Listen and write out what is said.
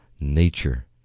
nature